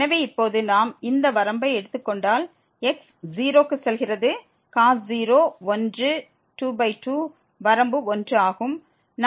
எனவே இப்போது நாம் இங்கே வரம்பை எடுத்துக் கொண்டால் x 0 க்கு செல்கிறது Cos 0 1 22 வரம்பு 1 ஆகும்